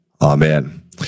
Amen